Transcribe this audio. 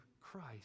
Christ